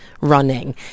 running